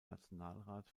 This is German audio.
nationalrat